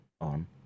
on